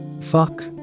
Fuck